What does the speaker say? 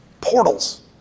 portals